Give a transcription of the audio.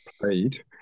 played